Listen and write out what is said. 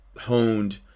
honed